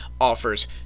offers